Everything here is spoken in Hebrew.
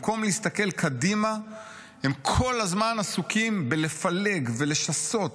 הם כל הזמן עסוקים בלפלג ולשסות